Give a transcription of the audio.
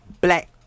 Black